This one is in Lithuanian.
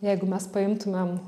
jeigu mes paimtumėm